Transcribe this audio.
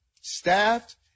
staffed